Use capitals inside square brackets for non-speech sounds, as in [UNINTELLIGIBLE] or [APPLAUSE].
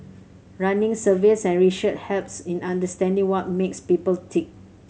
running surveys and [UNINTELLIGIBLE] helps in understanding what makes people tick